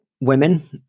women